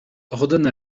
ordonne